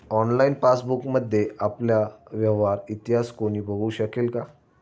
Online पासबुकमध्ये आपला व्यवहार इतिहास कोणी बघु शकेल का?